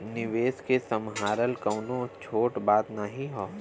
निवेस के सम्हारल कउनो छोट बात नाही हौ